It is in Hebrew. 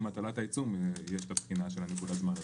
אז